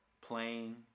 playing